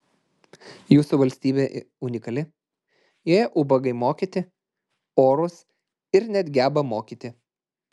jūsų valstybė unikali joje ubagai mokyti orūs ir net geba mokyti